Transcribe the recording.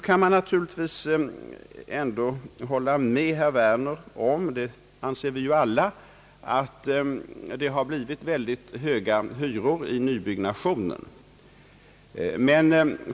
Man kan naturligtvis hålla med herr Werner om att — och det anser vi alla — hyrorna har blivit höga i nybyggnationen.